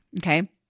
Okay